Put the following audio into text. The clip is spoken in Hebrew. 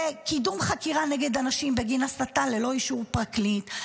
קידום חקירה נגד אנשים בגין הסתה ללא אישור פרקליט,